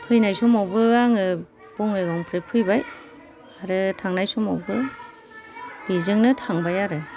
फैनाय समावबो आङो बङाइगावनिफ्राय फैबाय आरो थांनाय समावबो बेजोंनो थांबाय आरो